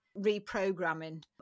reprogramming